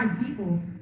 people